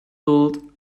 built